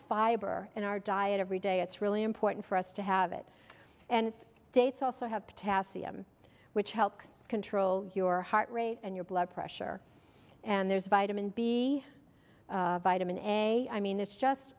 fiber in our diet every day it's really important for us to have it and dates also have potassium which helps control your heart rate and your blood pressure and there's vitamin b vitamin a i mean it's just